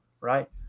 right